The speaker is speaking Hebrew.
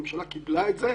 הממשלה קיבלה את זה,